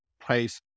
price